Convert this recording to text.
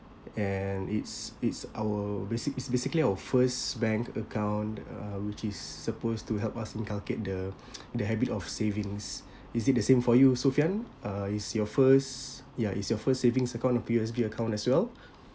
and it's it's our basic it's basically our first bank account uh which is supposed to help us inculcate the the habit of savings is it the same for you sophian uh is your first ya is your first savings account a P_O_S_B account as well